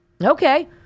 Okay